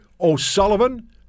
O'Sullivan